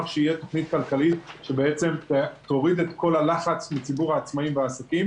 שתהיה תוכנית כלכלית שבעצם תוריד את כל הלחץ מציבור העצמאים והעסקים.